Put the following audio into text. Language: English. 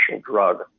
drug